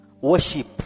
worship